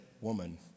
woman